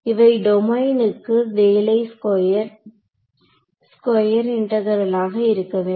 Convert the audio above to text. இவை டொமைன்க்கு வேலை ஸ்கொயர் இன்டகிரல் ஆக இருக்க வேண்டும்